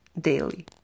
daily